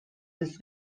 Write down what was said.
this